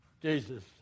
Jesus